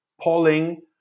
polling